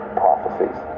prophecies